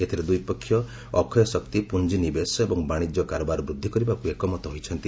ଏଥିରେ ଦୁଇପକ୍ଷ ଅକ୍ଷୟଶକ୍ତି ପୁଞ୍ଜି ନିବେଶ ଏବଂ ବାଣିଜ୍ୟ କାରବାର ବୃଦ୍ଧି କରିବାକୁ ଏକମତ ହୋଇଛନ୍ତି